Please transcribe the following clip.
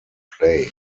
play